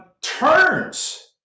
turns